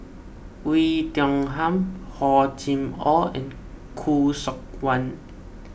Oei Tiong Ham Hor Chim or and Khoo Seok Wan